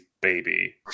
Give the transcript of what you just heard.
baby